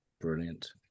Brilliant